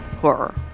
horror